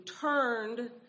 turned